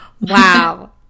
Wow